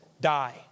die